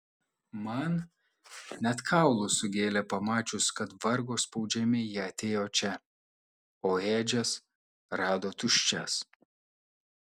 man net kaulus sugėlė pamačius kad vargo spaudžiami jie atėjo čia o ėdžias rado tuščias